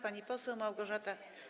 Pani poseł Małgorzata.